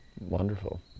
wonderful